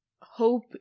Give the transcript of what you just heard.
Hope